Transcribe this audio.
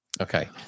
Okay